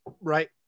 Right